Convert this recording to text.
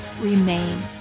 remain